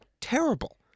terrible